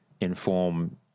inform